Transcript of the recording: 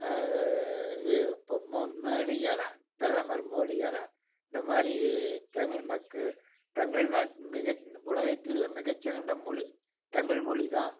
இது இப்போ மோ மேடிக்கான பிரதமர் மோடிக்கான இந்த மாதிரி தமிழ் மக்க தமிழ் தான் மிக உலகத்தில் மிக சிறந்த மொழி தமிழ் மொழி தான்